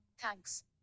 Thanks